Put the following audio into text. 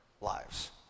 lives